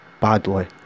badly